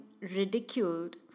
ridiculed